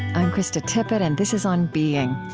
i'm krista tippett, and this is on being.